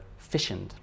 fissioned